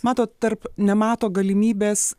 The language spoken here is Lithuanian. matot tarp nemato galimybės